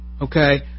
okay